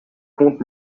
comptes